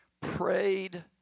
prayed